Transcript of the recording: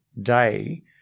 day